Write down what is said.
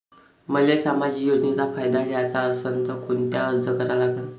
मले सामाजिक योजनेचा फायदा घ्याचा असन त कोनता अर्ज करा लागन?